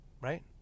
Right